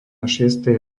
šiestej